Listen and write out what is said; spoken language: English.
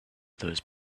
those